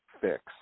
fix